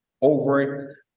over